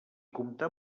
comptà